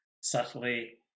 subtly